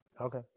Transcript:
Okay